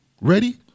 ready